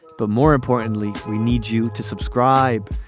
but more importantly we need you to subscribe.